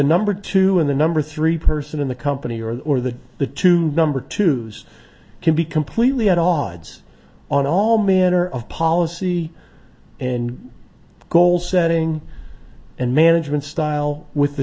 number two in the number three person in the company or the the two number twos can be completely at odds on all manner of policy and goal setting and management style with the